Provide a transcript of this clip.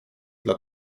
dla